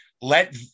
Let